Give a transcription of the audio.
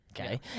Okay